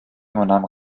übernahm